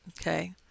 Okay